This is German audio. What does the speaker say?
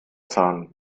zahn